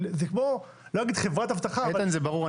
איתן, זה ברור.